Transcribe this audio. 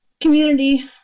Community